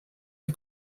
que